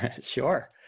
Sure